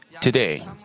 today